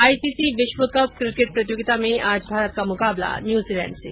ICC विश्वकप cricket प्रतियोगिता में आज भारत का मुकाबला न्यूजीलैण्ड से